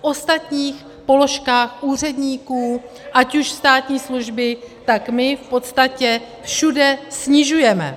V ostatních položkách úředníků ať už státní služby, tak my v podstatě všude snižujeme.